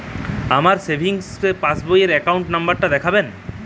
আমার সেভিংস পাসবই র অ্যাকাউন্ট নাম্বার টা দেখাবেন?